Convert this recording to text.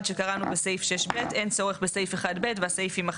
שקראנו בסעיף 6(ב) אין צורך בסעיף (1ב) והסעיף יימחק,